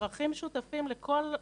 הערכים שותפים לכולם.